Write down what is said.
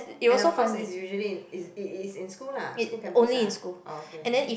and of course it's usually in it is in school lah school campus lah oh okay